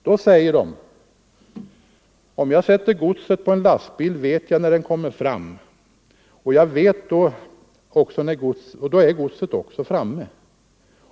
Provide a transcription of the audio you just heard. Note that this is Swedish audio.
Då säger de: ”Om jag sätter godset på en lastbil, vet jag när den kommer fram och jag vet att då är godset framme också.